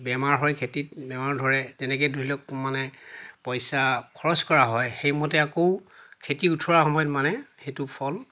বেমাৰ হয় খেতিত বেমাৰ ধৰে তেনেকে ধৰি লওক মানে পইচা খৰচ কৰা হয় সেইমতে আকৌ খেতি উঠোৱাৰ সময়ত মানে সেইটো ফল